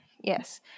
Yes